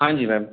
ہاں جی میم